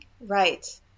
Right